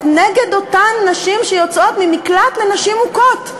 נגד אותן נשים שיוצאות ממקלט לנשים מוכות.